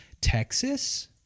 Texas